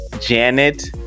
Janet